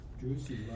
Juicy